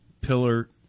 pillar